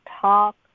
talk